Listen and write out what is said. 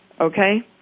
Okay